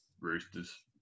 roosters